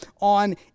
on